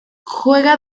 juega